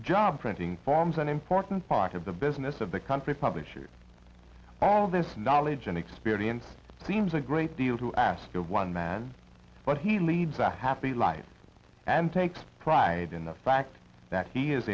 job printing forms an important part of the business of the country publisher all of this knowledge and experience seems a great deal to ask one man what he leads a happy life and takes pride in the fact that he is